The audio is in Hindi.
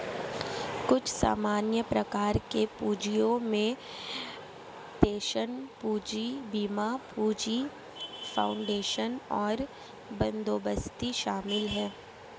कुछ सामान्य प्रकार के पूँजियो में पेंशन पूंजी, बीमा पूंजी, फाउंडेशन और बंदोबस्ती शामिल हैं